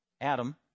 Adam